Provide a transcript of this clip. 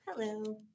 Hello